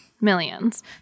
Millions